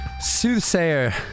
Soothsayer